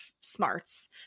smarts